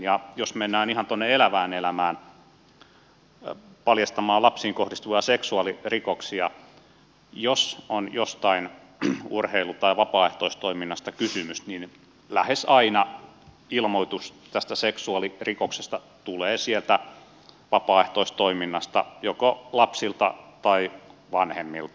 ja jos mennään ihan tuonne elävään elämään paljastamaan lapsiin kohdistuvia seksuaalirikoksia jos on jostain urheilu tai vapaaehtoistoiminnasta kysymys niin lähes aina ilmoitus tästä seksuaalirikoksesta tulee sieltä vapaaehtoistoiminnasta joko lapsilta tai vanhemmilta